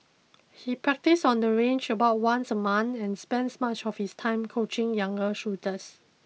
he practises on the range about once a month and spends much of his time coaching younger shooters